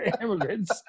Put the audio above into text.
immigrants